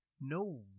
no